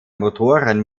motoren